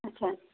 اچھا